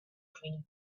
dream